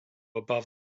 above